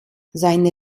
seine